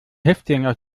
häftling